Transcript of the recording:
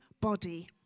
body